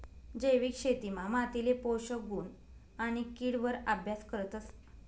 जैविक शेतीमा मातीले पोषक गुण आणि किड वर अभ्यास करतस